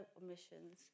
omissions